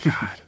God